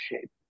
shape